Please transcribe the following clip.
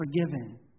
forgiven